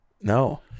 No